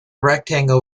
rectangle